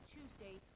Tuesday